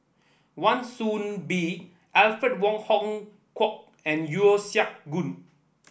Wan Soon Bee Alfred Wong Hong Kwok and Yeo Siak Goon